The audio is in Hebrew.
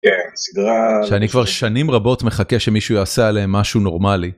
כן הסדרה, שאני כבר שנים רבות מחכה שמישהו יעשה עליהם משהו נורמלי.